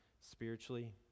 spiritually